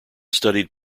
studied